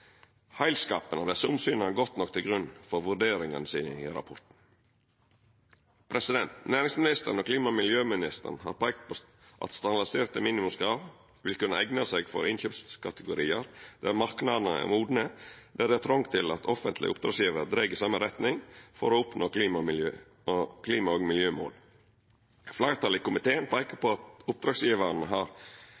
heilskapen og desse omsyna godt nok til grunn for vurderinga si i rapporten. Næringsministeren og klima- og miljøministeren har peikt på at standardiserte minimumskrav vil kunne eigna seg for innkjøpskategoriar der marknadene er modne, der det er trong til at offentlege oppdragsgjevarar dreg i same retning for å oppnå klima- og miljømål. Fleirtalet i komiteen peikar på